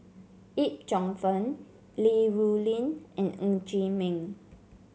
Yip Cheong Fun Li Rulin and Ng Chee Meng